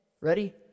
ready